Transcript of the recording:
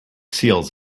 seals